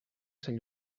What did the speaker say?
sant